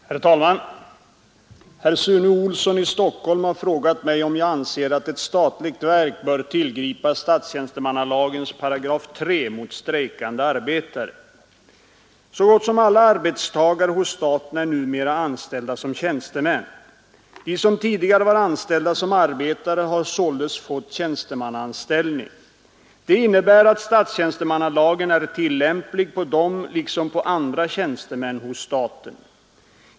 Herr talman! Herr Sune Olsson i Stockholm har frågat mig om jag anser att ett statligt verk bör tillgripa statstjänstemannalagens paragraf 3 mot strejkande arbetare. Så gott som alla arbetstagare hos staten är numera anställda som tjänstemän. De som tidigare var anställda som arbetare har således fått tjänstemannaanställning. Det innebär att statstjänstemannalagen är tillämplig på dem liksom på andra tjänstemän hos staten.